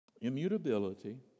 Immutability